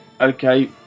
Okay